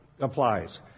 applies